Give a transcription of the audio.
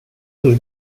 sus